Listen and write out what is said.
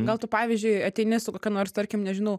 gal tu pavyzdžiui ateini su kokia nors tarkim nežinau